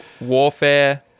warfare